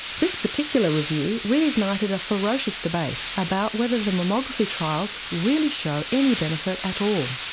this particular review reignited a ferocious debate about whether the mammography trials really show any benefit at all.